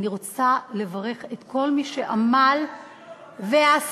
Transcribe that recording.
אני רוצה לברך את כל מי שעמל ועשה